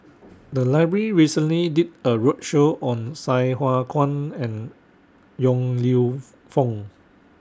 The Library recently did A roadshow on Sai Hua Kuan and Yong Lew Foong